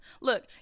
look